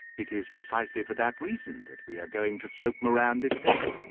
it is precisely for that reason that we are going to stoke moran this day.